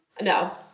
No